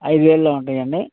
ఐదు వేలలో ఉంటాయి అండి